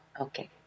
okay